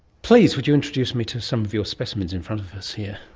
please would you introduce me to some of your specimens in front of us here?